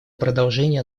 продолжения